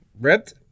Ripped